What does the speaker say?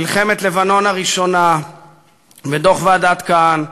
מלחמת לבנון הראשונה ודוח ועדת כהן,